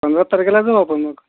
पंदरा तारखेला जाऊ आपन मग